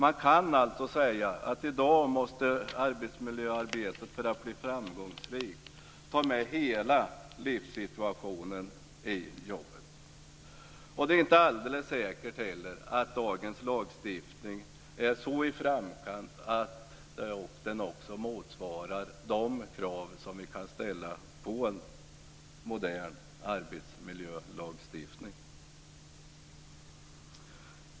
Vi kan alltså säga att i dag måste arbetsmiljöarbetet för att bli framgångsrikt inkludera hela livssituationen i jobbet. Det är inte heller alldeles säkert att dagens lagstiftning ligger så i framkant att den också motsvarar de krav vi kan ställa på en modern arbetsmiljölagstiftning.